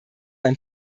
ein